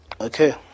Okay